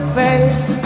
face